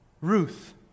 Ruth